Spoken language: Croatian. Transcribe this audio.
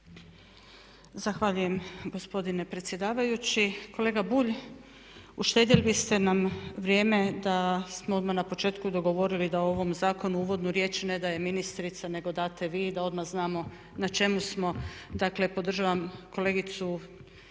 Zahvaljujem gospodine predsjedavajući. Kolega Bulj, uštedjeli ste nam vrijeme da smo odmah na početku dogovorili da u ovom zakonu uvodnu riječ ne daje ministrica nego date vi da odmah znamo na čemu smo. Dakle, podržavam kolegicu